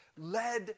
led